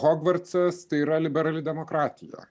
hogvartsas tai yra liberali demokratija